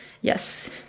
Yes